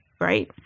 Right